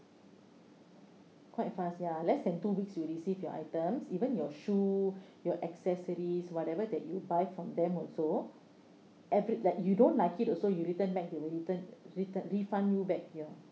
quite fast ya less than two weeks you will receive your item even your shoe your accessories whatever that you buy from them also every like you don't like it also you return back they'll return return refund you back ya